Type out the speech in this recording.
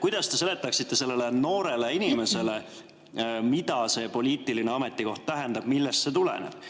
Kuidas te seletaksite sellele noorele inimesele, mida see poliitiline ametikoht tähendab, millest see tuleneb?